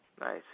Nice